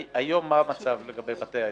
מה המצב היום לגבי בתי העסק?